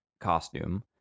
costume